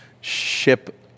ship